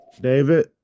David